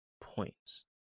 points